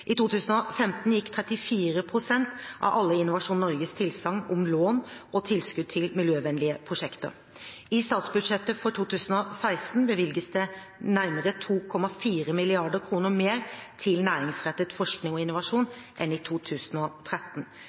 I 2015 gikk 34 pst. av alle Innovasjon Norges tilsagn om lån og tilskudd til miljøvennlige prosjekter. I statsbudsjettet for 2016 bevilges det nærmere 2,4 mrd. kr mer til næringsrettet forskning og innovasjon enn i 2013,